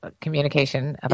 communication